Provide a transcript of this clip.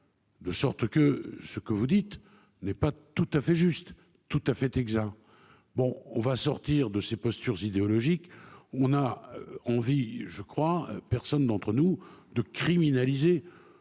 De sorte que ce que vous dites n'est pas tout à fait juste. Tout à fait exact. Bon on va sortir de ces postures idéologiques. On a envie je crois personne d'entre nous de criminaliser